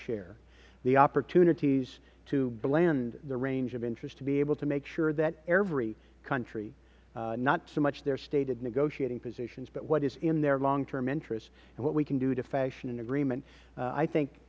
share the opportunities to blend the range of interest to be able to make sure that every country not so much their stated negotiating positions but what is in their long term interests what we can do to fashion an agreement i think